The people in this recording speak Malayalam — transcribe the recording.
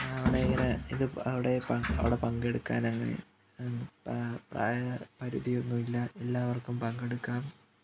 അവിടെ അവിടെ അവിടെ പങ്കെടുക്കാൻ പ്രായ പരിധിയൊന്നുമില്ല എല്ലാവർക്കും പങ്കെടുക്കാം